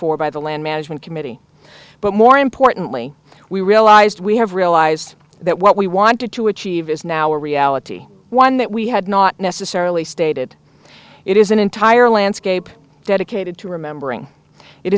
for by the land management committee but more importantly we realized we have realized that what we wanted to achieve is now a reality one that we had not necessarily stated it is an entire landscape dedicated to remembering it